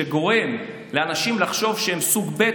שגורם לאנשים לחשוב שהם סוג ב',